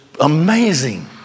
amazing